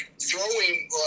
throwing